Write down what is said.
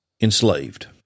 enslaved